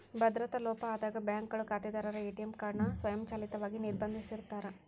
ಭದ್ರತಾ ಲೋಪ ಆದಾಗ ಬ್ಯಾಂಕ್ಗಳು ಖಾತೆದಾರರ ಎ.ಟಿ.ಎಂ ಕಾರ್ಡ್ ನ ಸ್ವಯಂಚಾಲಿತವಾಗಿ ನಿರ್ಬಂಧಿಸಿರ್ತಾರ